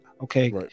Okay